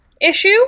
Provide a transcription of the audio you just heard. issue